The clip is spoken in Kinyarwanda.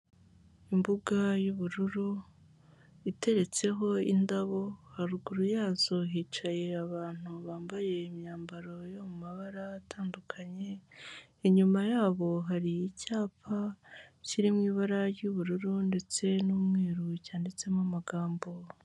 Imbuga y'ubururu iteretseho indabo haruguru yazo hicaye abantu bambaye imyambaro yo mu mabara atandukanye, inyuma yabo hari icyapa kirimo ibara ry'ubururu ndetse n'umweru cyanditsemo amagambo.